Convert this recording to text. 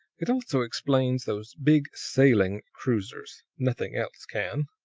it also explains those big sailing cruisers nothing else can.